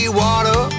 water